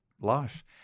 life